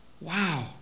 Wow